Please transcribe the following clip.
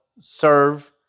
serve